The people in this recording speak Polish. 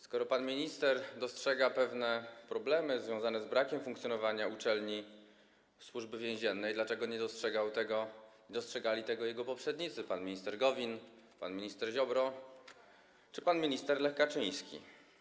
Skoro pan minister dostrzega pewne problemy związane z brakiem funkcjonowania uczelni Służby Więziennej, dlaczego nie dostrzegał tego, nie dostrzegali tego jego poprzednicy: pan minister Gowin, pan minister Ziobro czy pan minister Lech Kaczyński?